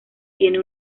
tiene